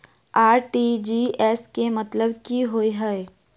RTGS केँ मतलब की होइ हय?